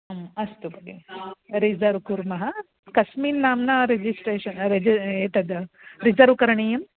अस्तु भगिनि रिसर्व् कुर्मः कस्मिन् नाम्ना रिजिस्ट्रेशन् रेजि एतद् रिजर्व् करणीयम्